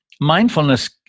mindfulness